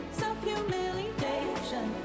self-humiliation